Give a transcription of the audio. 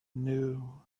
knew